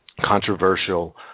controversial